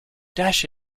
dash